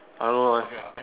I don't know leh